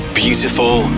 beautiful